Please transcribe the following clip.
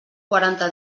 quaranta